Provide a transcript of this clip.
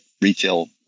retail –